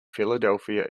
philadelphia